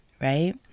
right